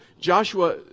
Joshua